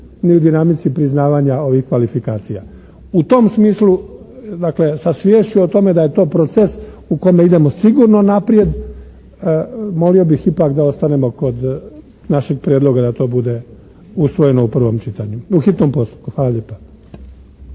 ni u dinamici priznavanja ovih kvalifikacija. U tom smislu dakle sa sviješću o tome da je to proces u kome idemo sigurno napred molio bih ipak da ostanemo kod našeg prijedloga da to bude usvojeno u prvom čitanju. U hitnom postupku. Hvala lijepa.